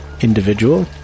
individual